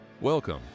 Welcome